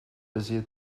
bezier